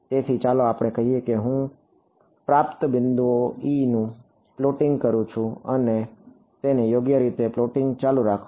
તેથી ચાલો આપણે કહીએ કે હું પ્રાપ્ત બિંદુએ ઇનું પ્લોટિંગ કરું છું તેને યોગ્ય રીતે પ્લોટિંગ ચાલુ રાખો